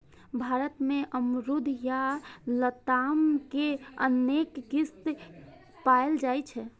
भारत मे अमरूद या लताम के अनेक किस्म पाएल जाइ छै